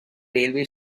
railway